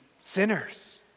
sinners